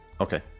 Okay